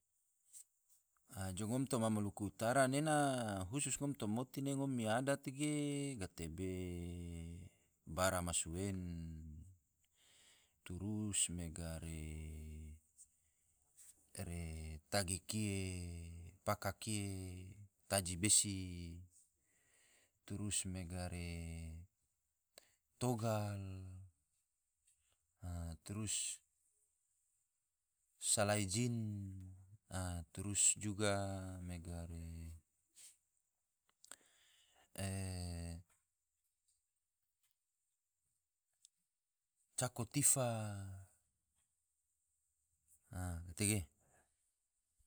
A jo ngom toma maluku utara nena, khusus ngom toma moti ne ngom mi adat ge gatebe, baramasueng, trus mega re tagi kie, paka kie, taji besi, trus mega re togal, trus salai jin, a trus juga mega re, cako tifa. a tege